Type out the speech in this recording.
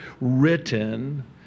written